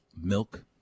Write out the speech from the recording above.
milk